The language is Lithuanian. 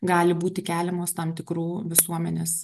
gali būti keliamos tam tikrų visuomenės